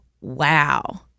wow